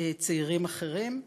צעירים אחרים,